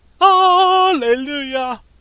Hallelujah